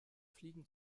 fliegen